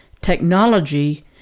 technology